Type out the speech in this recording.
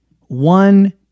one